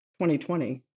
2020